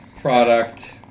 product